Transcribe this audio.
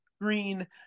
Green